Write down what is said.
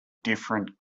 different